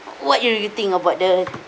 what do you think about the